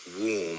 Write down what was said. warm